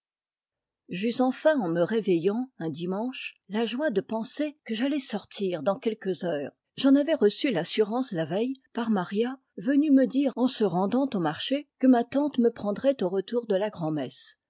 j'eus enfin en me réveillant un dimanche la joie de penser que j'allais sortir dans quelques heures j'en avais reçu l'assurance la veille par maria venue me dire en se rendant au marché que ma tante me prendrait au retour de la grand'messe